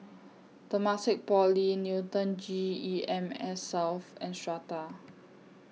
Temasek Poly Newton G E M S South and Strata